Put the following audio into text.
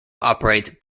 operates